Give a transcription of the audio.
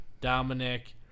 Dominic